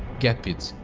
gepids,